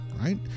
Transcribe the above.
Right